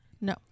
No